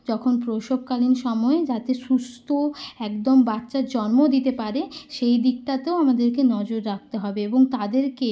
যখন প্রসবকালীন সময়ে যাতে সুস্থ একদম বাচ্চার জন্ম দিতে পারে সেই দিকটাতেও আমাদেরকে নজর রাখতে হবে এবং তাদেরকে